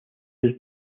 was